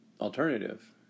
alternative